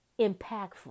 impactful